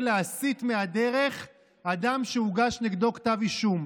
להסיט מהדרך אדם שהוגש נגדו כתב אישום,